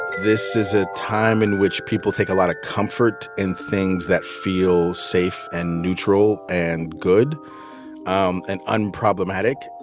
this is a time in which people take a lot of comfort in things that feel safe and neutral and good um and unproblematic.